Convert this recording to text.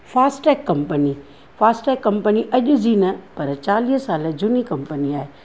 Fastrack company Fastrack company अॼु जी न पर चालीह साल झूनी कंपनी आहे